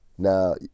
Now